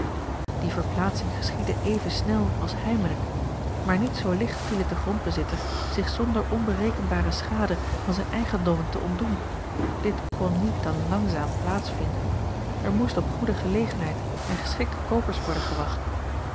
die verplaatsing geschiedde even snel als heimelijk maar niet zoo licht viel het den grondbezitter zich zonder onberekenbare schade van zijne eigendommen te ontdoen dit kon niet dan langzaam plaats vina l g bosboom-toussaint langs een omweg den er moest op goede gelegenheid en geschikte koopers worden gewacht